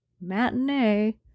matinee